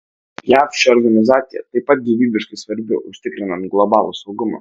jav ši organizacija taip pat gyvybiškai svarbi užtikrinant globalų saugumą